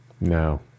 No